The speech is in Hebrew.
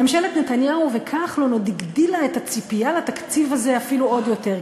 ממשלת נתניהו וכחלון הגדילה את הציפייה לתקציב הזה אפילו עוד יותר,